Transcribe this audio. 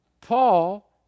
Paul